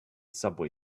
subway